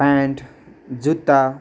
pant जुत्ता